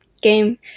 game